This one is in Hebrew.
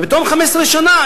ובתום 15 שנה,